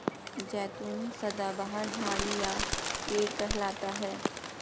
जैतून सदाबहार झाड़ी या पेड़ कहलाता है